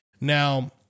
Now